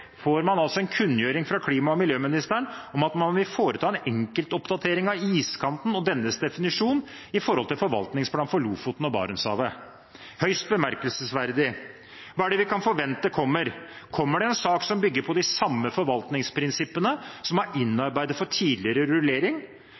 får man altså en kunngjøring fra klima- og miljøministeren om at man vil foreta en enkeltoppdatering av iskanten og dennes definisjon i forvaltningsplanen for Lofoten og Barentshavet – høyst bemerkelsesverdig! Hva er det vi kan forvente kommer? Kommer det en sak som bygger på de samme forvaltningsprinsippene som er innarbeidet for tidligere rullering?